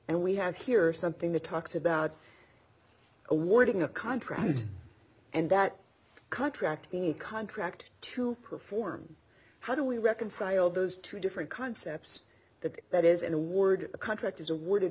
and we have here something that talks about awarding a contract and that contract the contract to perform how do we reconcile those two different concepts that that is an award a contract is awarded